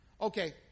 Okay